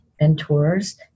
mentors